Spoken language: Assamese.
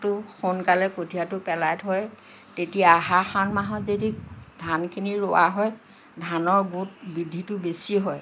টো সোনকালে কঠীয়াটো পেলাই থয় তেতিয়া আহাৰ শাওণ মাহত যদি ধানখিনি ৰুৱা হয় ধানৰ গোট বৃদ্ধিটো বেছি হয়